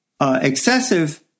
excessive